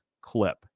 clip